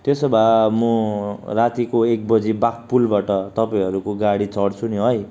त्यसो भए म रातिको एक बजी बाघपुलबाट तपाईँहरूको गाडी चड्छु नि है